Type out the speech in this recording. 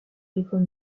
l’école